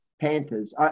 Panthers